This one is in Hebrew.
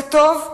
זה טוב,